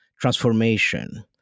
transformation